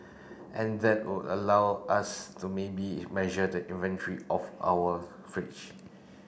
and that would allow us to maybe measure the inventory of our fridge